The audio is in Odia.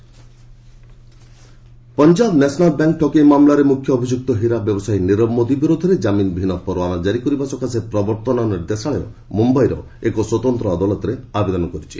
PNB fraud ED Punjab National Bank ଠକେଇ ମାମଲାରେ ମୁଖ୍ୟଅଭିଯୁକ୍ତ ହୀରା ବ୍ୟବସାୟୀ ନିରବ ମୋଦି ବିରୋଧରେ ଜାମିନ ବିହୀନ ପରୱାନା ଜାରି କରିବା ପାଇଁ ପ୍ରବର୍ତ୍ତନ ନିର୍ଦ୍ଦେଶାଳୟ ମୁମ୍ବାଇର ଏକ ସ୍ପତନ୍ତ୍ର ଅଦାଲତରେ ଆବେଦନ କରିଛି